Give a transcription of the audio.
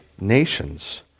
nations